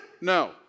no